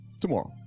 tomorrow